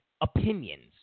opinions